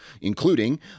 including